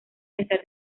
pesar